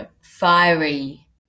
fiery